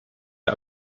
der